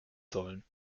sollen